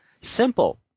Simple